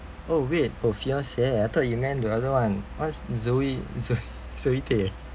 oh wait oh fiona xie I thought you meant the other one what's zoe zoe zoe tay uh